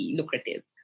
lucrative